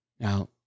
Now